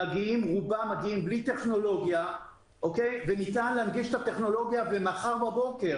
מגיעים רובם בלי טכנולוגיה וניתן להנגיש את הטכנולוגיה מחר בבוקר,